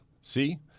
See